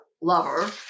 lover